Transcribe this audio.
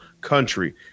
country